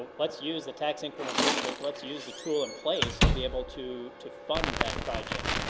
let's use the tax increment district, let's use the tool in place to be able to to fund that project.